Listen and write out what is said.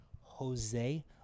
jose